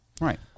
right